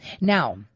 Now